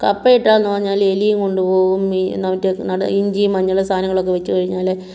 കപ്പയിട്ടാൽ എന്ന് പറഞ്ഞാൽ എലിയും കൊണ്ടുപോകും ഈ മറ്റേ നാട് ഇഞ്ചി മഞ്ഞൾ സാധാനങ്ങളൊക്കെ വെച്ചു കഴിഞ്ഞാൽ